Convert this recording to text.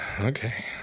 Okay